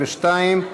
26)